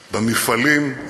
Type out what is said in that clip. במפעלים,